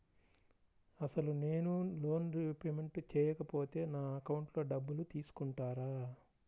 అసలు నేనూ loan repayment చేయకపోతే నా అకౌంట్లో డబ్బులు తీసుకుంటారా?